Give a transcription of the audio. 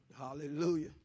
Hallelujah